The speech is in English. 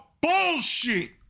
bullshit